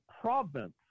province